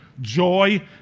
Joy